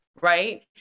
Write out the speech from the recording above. right